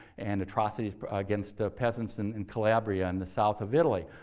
and atrocities but against ah peasants in and calabria in the south of italy.